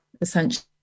essentially